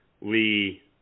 Lee